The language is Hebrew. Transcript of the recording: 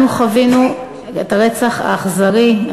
אנו חווינו את הרצח האכזרי,